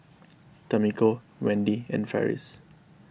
Tamiko Wendy and Farris